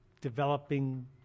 developing